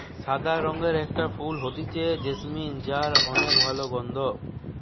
সাদা রঙের একটা ফুল হতিছে জেসমিন যার অনেক ভালা গন্ধ